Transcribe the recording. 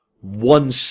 one